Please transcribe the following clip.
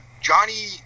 Johnny